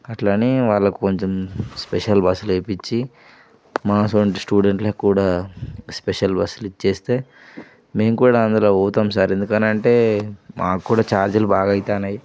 అట్లానే వాళ్ళకు కొంచెం స్పెషల్ బస్సులు వేయించి మా అసోంటి స్టూడెంట్లకు కూడా స్పెషల్ బస్సులు ఇచ్చేస్తే మేం కూడా అందులో పోతాము సార్ ఎందుకు అని అంటే మాకు కూడా ఛార్జీలు బాగా అవుతున్నాయి